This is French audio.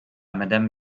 madame